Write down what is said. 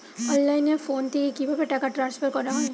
অনলাইনে ফোন থেকে কিভাবে টাকা ট্রান্সফার করা হয়?